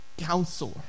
counselor